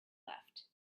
left